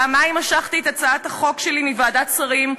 פעמיים משכתי את הצעת החוק שלי מוועדת שרים,